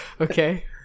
okay